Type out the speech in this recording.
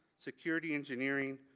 security engineering,